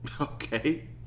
Okay